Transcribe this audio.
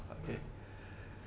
okay